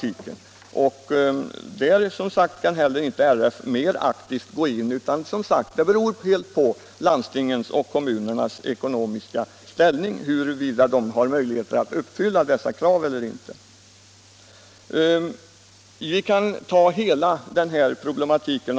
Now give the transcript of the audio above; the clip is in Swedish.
Där kan RF, som sagt, inte gå in mer aktivt. Huruvida landsting och kommuner har möjlighet att uppfylla dessa krav beror helt på deras ekonomiska ställning.